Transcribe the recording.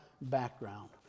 background